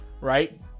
right